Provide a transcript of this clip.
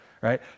right